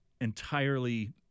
entirely